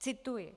Cituji: